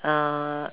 uh